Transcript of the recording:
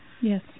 Yes